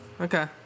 Okay